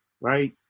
Right